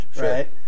right